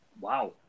Wow